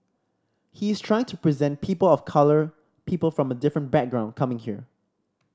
he's trying to present people of colour people from a different background coming here